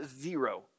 zero